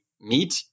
meat